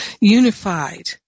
unified